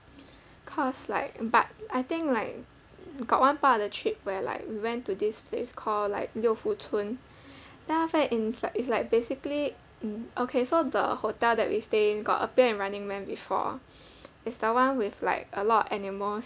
cause like but I think like got one part of the trip where like we went to this place called like 六福村 then after that ins~ like it's like basically um okay so the hotel that we stayed got appear in running man before is the one with like a lot of animals